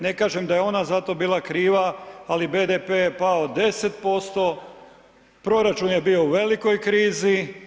Ne kažem da je ona za to bila kriva ali BDP je pao 10%, proračun je bio u velikoj krizi.